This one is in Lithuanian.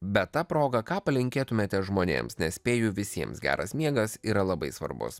bet ta proga ką palinkėtumėte žmonėms nes spėju visiems geras miegas yra labai svarbus